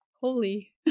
holy